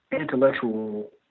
intellectual